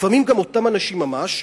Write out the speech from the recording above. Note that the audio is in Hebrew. לפעמים גם אותם אנשים ממש,